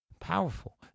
powerful